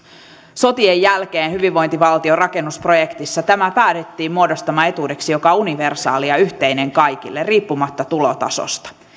sotien jälkeen hyvinvointivaltion rakennusprojektissa tämä päädyttiin muodostamaan etuudeksi joka on universaali ja yhteinen kaikille riippumatta tulotasosta